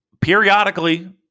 periodically